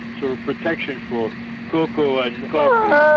so protection for cocoa and coffee.